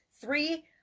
Three